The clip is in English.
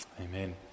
Amen